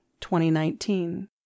2019